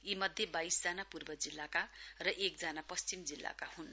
यी मध्ये वाइस जना पूर्व जिल्लाका र एकजना पश्चिम जिल्लाका हुन्